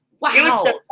Wow